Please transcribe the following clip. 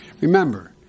Remember